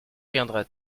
viendra